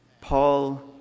Paul